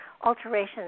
alterations